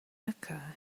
acá